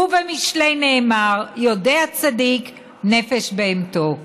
ובמשלי נאמר: "יודע צדיק נפש בהמתו".